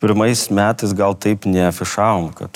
pirmais metais gal taip neafišavom kad